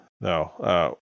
No